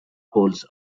polls